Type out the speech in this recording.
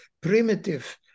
primitive